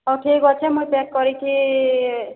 ହେଉ ଠିକ ଅଛେ ମୁଇଁ ଚେକ୍ କରିକି